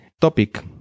topic